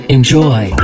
Enjoy